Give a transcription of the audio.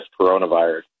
coronavirus